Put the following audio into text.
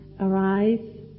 arise